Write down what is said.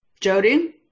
Jody